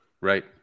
Right